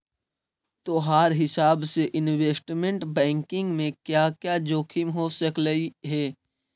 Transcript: तोहार हिसाब से इनवेस्टमेंट बैंकिंग में क्या क्या जोखिम हो सकलई हे